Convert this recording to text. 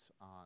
on